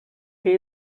que